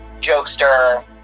jokester